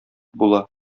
була